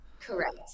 Correct